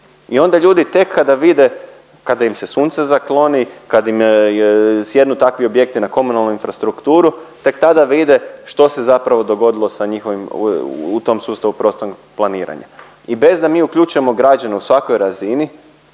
I onda ljudi tek kada vide, kada im se sunce zakloni, kad im sjednu takvi objekti na komunalnu infrastrukturu tek tada vide što se zapravo dogodilo sa njihovim u tom sustavu prostornog planiranja. I bez da mi uključujemo građane u svakoj razini